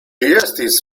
estis